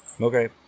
Okay